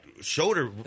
shoulder